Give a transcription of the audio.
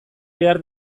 behar